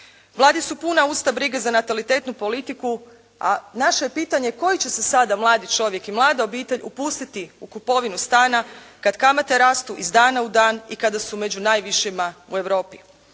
Vladi su puna usta brige za natalitetnu politiku, a naše je pitanje koji će se mladi čovjek i mlada obitelj upustiti u kupovinu stana, kada kamate rastu iz dana u dan i kada su među najvišima u Europi.